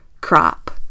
crop